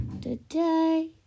Today